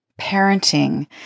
parenting